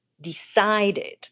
decided